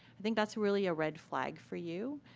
i think that's really a red flag for you.